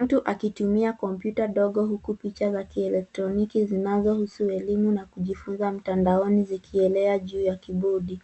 Mtu akitumia kompyuta ndogo huku picha za elektroniki zinazohusu elimu na kujifunza mtandaoni zikielea juu ya kibodi.